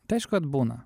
tai aišku kad būna